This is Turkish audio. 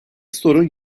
sorun